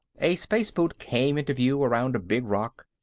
a space boot came into view around a big rock,